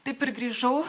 taip ir grįžau